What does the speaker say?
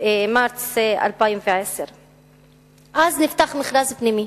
במרס 2010. אז נפתח מכרז פנימי.